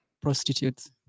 prostitutes